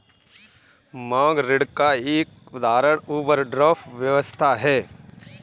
मांग ऋण का एक उदाहरण ओवरड्राफ्ट व्यवस्था है